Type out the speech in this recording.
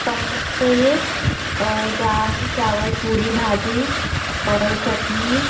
कम हो चाहिए और दाल चावल पूरी भाजी और चटनी